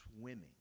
swimming